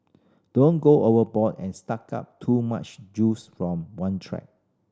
don't go overboard and suck up too much juice from one track